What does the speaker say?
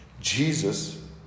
Jesus